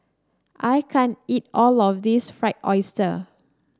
I can't eat all of this Fried Oyster